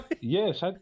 yes